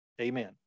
Amen